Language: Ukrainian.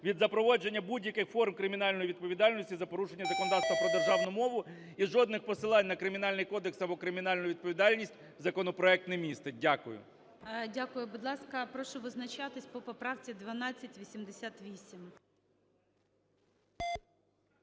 від запровадження будь-яких форм кримінальної відповідальності за порушення законодавства про державну мову і жодних посилань на Кримінальний кодекс або кримінальну відповідальність законопроект не містить. Дякую. ГОЛОВУЮЧИЙ. Дякую. Будь ласка, прошу визначатись по поправці 1288.